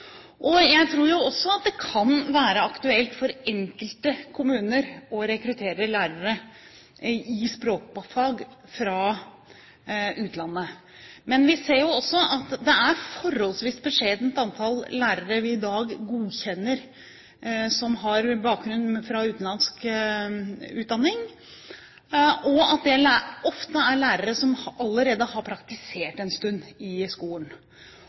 forbedringspotensial. Jeg tror også at det kan være aktuelt for enkelte kommuner å rekruttere lærere i språkfag fra utlandet. Men vi ser også at det er et forholdsvis beskjedent antall lærere vi i dag godkjenner, som har bakgrunn fra utenlandsk utdanning, og at det ofte er lærere som allerede har praktisert en stund i skolen.